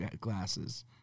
glasses